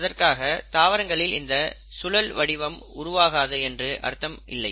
அதற்காக தாவரங்களில் இந்த சுழல் வடிவு உருவாகாது என்று அர்த்தமில்லை